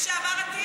לשעבר אטיאס?